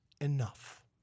Enough